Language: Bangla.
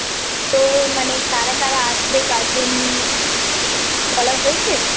তো মানে কারা কারা আসবে গার্জেন বলা হয়েছে